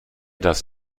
das